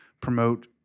promote